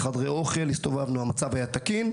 הסתובבנו בחדרי אוכל והמצב היה תקין.